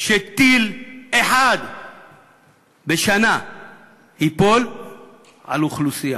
שטיל אחד בשנה ייפול על האוכלוסייה.